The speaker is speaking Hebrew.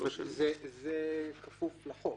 זה כפוף לחוק.